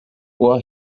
uhr